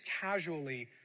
casually